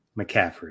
McCaffrey